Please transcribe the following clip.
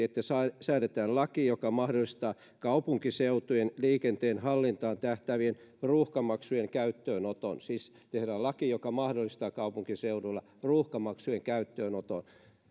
että säädetään laki joka mahdollistaa kaupunkiseutujen liikenteen hallintaan tähtäävien ruuhkamaksujen käyttöönoton siis tehdään laki joka mahdollistaa kaupunkiseuduilla ruuhkamaksujen käyttöönoton